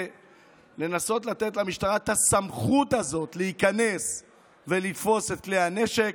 זה לנסות לתת למשטרה את הסמכות הזאת להיכנס ולתפוס את כלי הנשק,